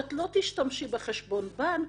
שאת לא תשתמשי בחשבון בנק,